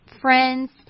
friends